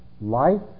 life